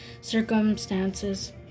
circumstances